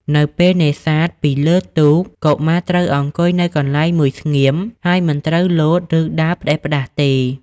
នៅពេលនេសាទពីលើ ទូក កុមារត្រូវអង្គុយនៅកន្លែងមួយស្ងៀម ហើយមិនត្រូវលោត ឬដើរផ្ដេសផ្ដាសទេ។